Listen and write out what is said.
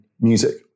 music